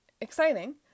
exciting